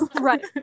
right